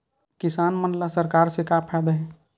किसान मन ला सरकार से का फ़ायदा हे?